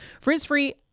Frizz-free